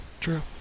True